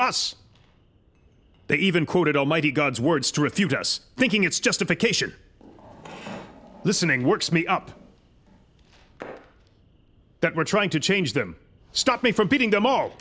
us they even quoted almighty god's words to refute us thinking it's justification listening works me up that we're trying to change them stop me from beating them